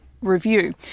review